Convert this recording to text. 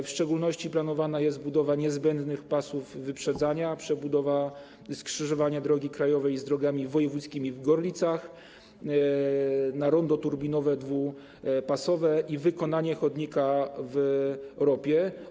W szczególności planowana jest budowa niezbędnych pasów wyprzedzania, przebudowa skrzyżowania drogi krajowej z drogami wojewódzkimi w Gorlicach na rondo turbinowe dwupasowe i wykonanie chodnika w Ropie.